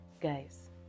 Guys